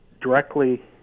directly